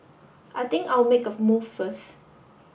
I think I'll make a move first